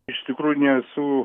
iš tikrųjų nesu